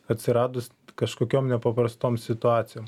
atsiradus kažkokiom nepaprastom situacijom